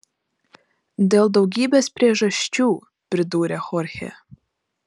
dėl daugybės priežasčių pridūrė chorchė